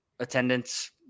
attendance